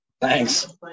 Thanks